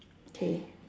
K